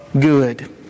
good